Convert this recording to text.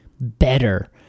better